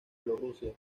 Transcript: bielorrusia